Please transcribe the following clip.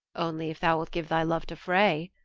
only if thou wilt give thy love to frey,